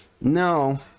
No